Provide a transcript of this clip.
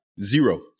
Zero